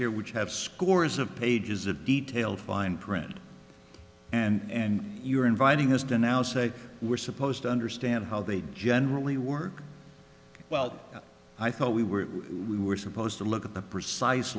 here which have scores of pages of detailed fine print and you're inviting has done now say we're supposed to understand how they generally work well i thought we were we were supposed to look at the precise